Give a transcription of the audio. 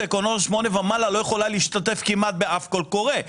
אקונומי 8 מעלה לא יכולה להשתתף כמעט באף קול קורא.